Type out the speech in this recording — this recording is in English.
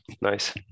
nice